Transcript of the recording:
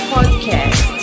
Podcast